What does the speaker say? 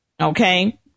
okay